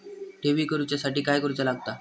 ठेवी करूच्या साठी काय करूचा लागता?